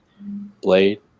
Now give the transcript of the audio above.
Blade